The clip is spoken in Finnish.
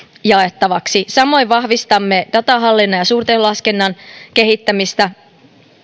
jaettavaksi samoin vahvistamme datahallinnan ja suurteholaskennan kehittämistä